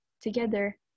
together